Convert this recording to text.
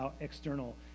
external